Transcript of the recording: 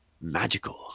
magical